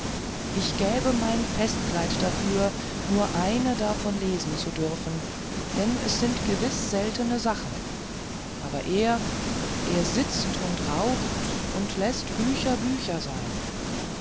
ich gäbe mein festkleid dafür nur eine davon lesen zu dürfen denn es sind gewiß seltene sachen aber er er sitzt und raucht und läßt bücher bücher sein